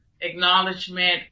acknowledgement